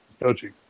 Coaching